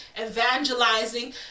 evangelizing